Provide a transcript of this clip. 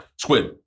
Squid